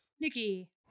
Nikki